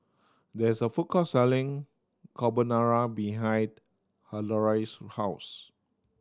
there's a food court selling Carbonara behind Hilario's house